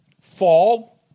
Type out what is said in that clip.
fall